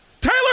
Taylor